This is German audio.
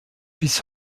bis